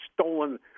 stolen